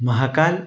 Mahakal